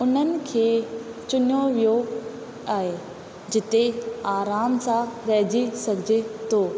उन्हनि खे चूंडियो वियो आहे जिते आराम सां रहिजी सघिजे थो